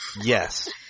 Yes